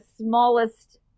smallest